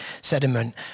sediment